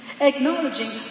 acknowledging